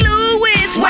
Louis